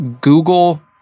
Google